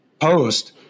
post –